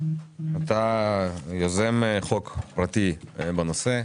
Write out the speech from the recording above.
אתה יוזם חוק פרטי בנושא.